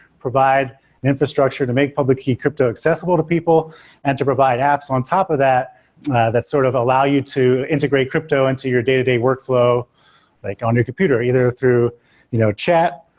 provide an infrastructure to make public key crypto accessible to people and to provide apps on top of that that sort of allow you to integrate crypto into your day-to-day workflow like on your computer, either through you know chat,